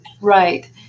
Right